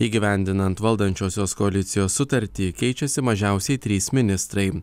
įgyvendinant valdančiosios koalicijos sutartį keičiasi mažiausiai trys ministrai